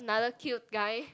another cute guy